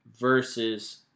versus